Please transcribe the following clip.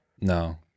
No